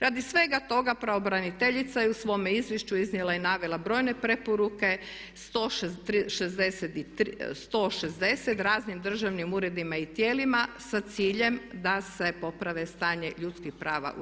Radi svega toga pravobraniteljica je u svome izvješću iznijela i navela brojne preporuke, 160 raznim državnim uredima i tijelima sa ciljem da se poprave stanje ljudskih prava u RH.